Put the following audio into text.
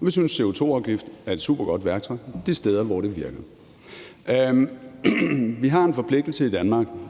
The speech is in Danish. Vi synes, en CO2-afgift er et supergodt værktøj de steder, hvor det virker. Vi har en forpligtelse i Danmark